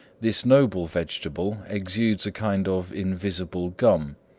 this noble vegetable exudes a kind of invisible gum,